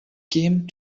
came